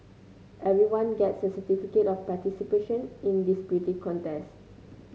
everyone gets a certificate of participation in this beauty contest